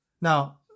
Now